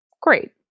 Great